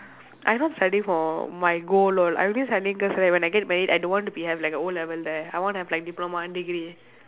I not studying for my goal all I only studying because right when I get married I don't want to be have like a O level there I want to have like diploma and degree